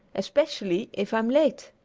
especially if i'm late.